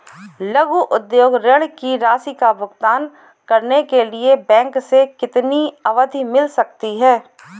लघु उद्योग ऋण की राशि का भुगतान करने के लिए बैंक से कितनी अवधि मिल सकती है?